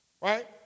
right